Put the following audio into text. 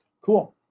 Cool